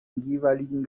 jeweiligen